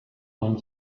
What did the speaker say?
beim